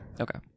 Okay